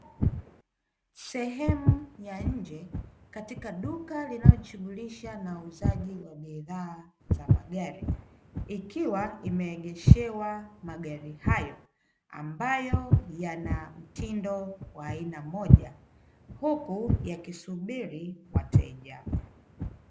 Sehemu ya nje katika duka linalojishughulisha na uuzaji wa bidhaa za magari, ikiwa imeegeshewa magari hayo ambayo yana mtindo wa aina mmoja huku yakisubiri wateja.